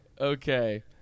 Okay